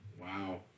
Wow